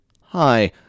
Hi